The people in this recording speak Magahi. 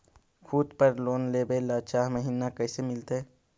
खूत पर लोन लेबे ल चाह महिना कैसे मिलतै?